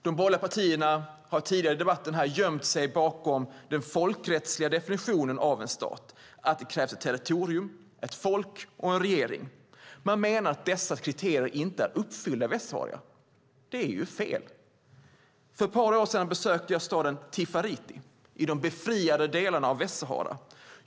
De borgerliga partierna har tidigare i debatten gömt sig bakom den folkrättsliga definitionen av en stat: att det krävs ett territorium, ett folk och en regering. Man menar att dessa kriterier inte är uppfyllda i Västsahara. Det är fel. För ett par år sedan besökte jag staden Tifariti i de befriade delarna av Västsahara.